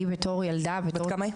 בת כמה היא?